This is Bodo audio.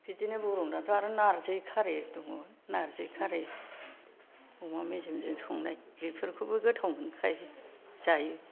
बिदिनो बर'नाथ' आरो नारजि खारि दङ नारजि खारि अमा मेजेमजों संनाय बेफोरखौबो गोथाव मोनखायो जायो